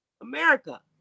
America